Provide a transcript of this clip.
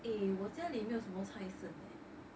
诶我家里没有什么菜剩 leh